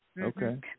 Okay